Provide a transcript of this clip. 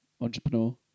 entrepreneur